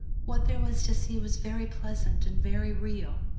what there was to see was very pleasant and very real.